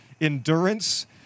endurance